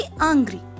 angry